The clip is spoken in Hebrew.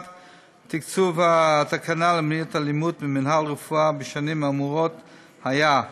תקצוב התקנה למניעת אלימות במינהל רפואה בשנים האמורות היה: